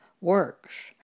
works